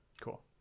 Cool